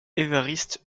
évariste